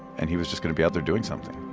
and he was just gonna be out there doing something